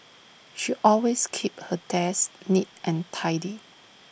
she always keeps her desk neat and tidy